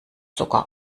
sogar